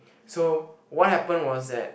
so what happened was that